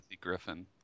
Griffin